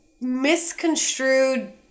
misconstrued